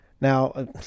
Now